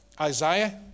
Isaiah